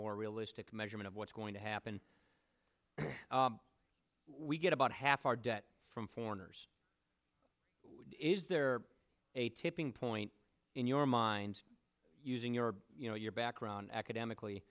more realistic measurement of what's going to happen we get about half our debt from foreigners is there a tipping point in your mind using your you know your background academically